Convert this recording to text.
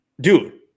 dude